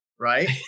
right